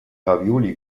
ravioli